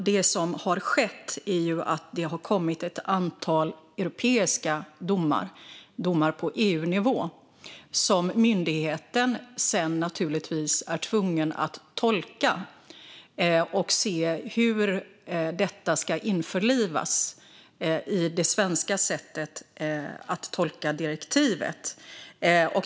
Det som har skett är att det har kommit ett antal europeiska domar på EU-nivå som myndigheten sedan naturligtvis är tvungen att tolka för att se hur detta ska införlivas i det svenska sättet att tolka direktivet.